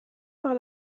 par